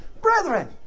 Brethren